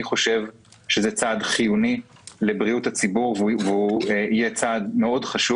אני חושב שזה צעד חיוני לבריאות הציבור והוא יהיה צעד חשוב מאוד.